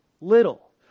little